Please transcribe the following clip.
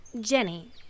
Jenny